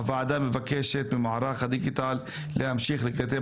הוועדה מבקשת ממערך הדיגיטל להמשיך לקדם